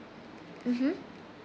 mmhmm